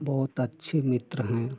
बहुत अच्छे मित्र हैं